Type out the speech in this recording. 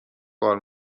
کار